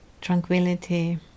tranquility